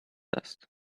dust